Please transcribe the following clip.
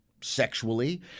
sexually